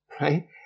Right